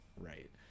Right